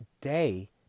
day